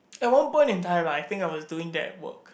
at one point in time right I think I was doing that work